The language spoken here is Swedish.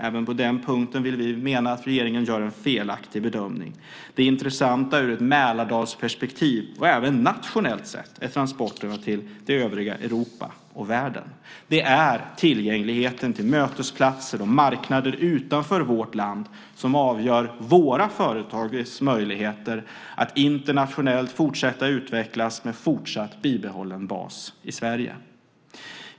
Även på denna punkt menar vi att regeringen gör en felaktig bedömning. Det intressanta ur ett mälardalsperspektiv, och även nationellt sett, är transporterna till övriga Europa och världen. Det är tillgängligheten till mötesplatser och marknader utanför vårt land som avgör våra företags möjligheter att internationellt fortsätta att utvecklas med fortsatt bibehållen bas i Sverige.